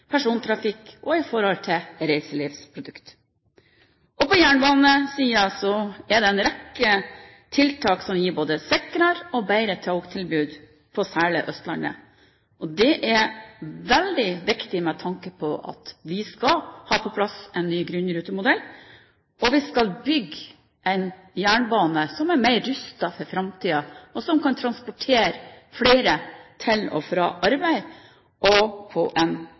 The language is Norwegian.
persontrafikk og reiselivsprodukt. På jernbanesiden er det en rekke tiltak som gir både sikrere og bedre togtilbud, særlig på Østlandet. Det er veldig viktig med tanke på at vi skal ha på plass en ny grunnrutemodell. Vi skal bygge en jernbane som er mer rustet for framtiden, og som kan transportere flere til og fra arbeid på en god og trygg måte. Det er ingen tvil om at det er en